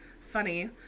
funny